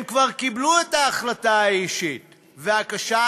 הם כבר קיבלו את ההחלטה האישית והקשה,